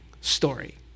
story